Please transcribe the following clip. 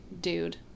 dude